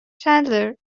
چندلر